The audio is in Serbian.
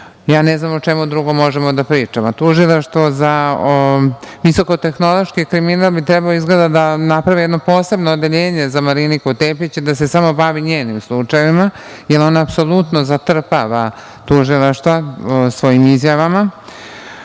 ja ne znam o čemu drugom možemo da pričamo. Tužilaštvo za visokotehnološki kriminal bi trebalo izgleda da napravi jedno posebno odeljenje za Mariniku Tepić i da se samo bavi njenim slučajevima, jer ona apsolutno zatrpava tužilaštva svojim izjavama.